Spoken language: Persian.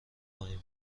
پایین